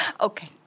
Okay